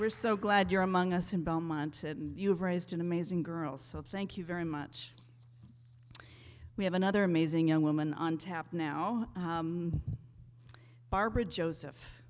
we're so glad you're among us in belmont and you've raised an amazing girl so thank you very much we have another amazing young woman on tap now barbara joseph